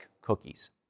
cookies